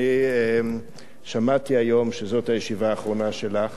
אני שמעתי היום שזאת הישיבה האחרונה שלך,